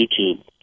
YouTube